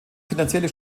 finanzielle